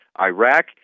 Iraq